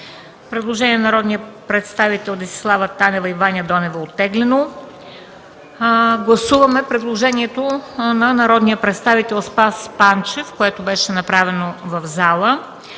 Предложението на народните представители Десислава Танева и Ваня Донева е оттеглено. Гласуваме предложението на народния представител Спас Панчев, което беше направено в залата,